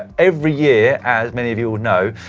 every year as many of you would know,